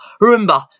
Remember